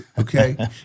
okay